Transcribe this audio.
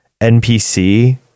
NPC